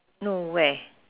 no where